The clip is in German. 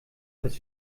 bis